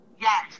Yes